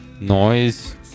noise